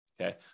okay